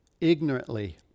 ignorantly